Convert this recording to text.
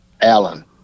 Alan